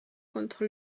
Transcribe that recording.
contre